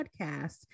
podcast